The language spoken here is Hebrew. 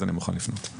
אז אני מוכן לפנות.